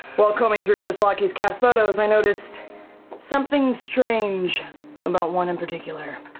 while combing through chris lockey's cast photos, i noticed something strange about one in particular.